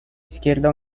izquierda